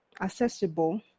accessible